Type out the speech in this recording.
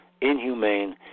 inhumane